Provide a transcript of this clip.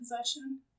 possession